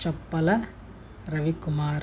Choppala Ravi Kumar